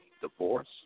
Divorce